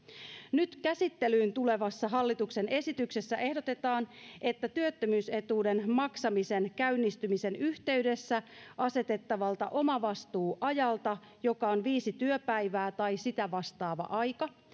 nyt käsittelyyn tulevassa hallituksen esityksessä ehdotetaan että työttömyysetuuden maksamisen käynnistymisen yhteydessä asetettavalta omavastuuajalta joka on viisi työpäivää tai sitä vastaava aika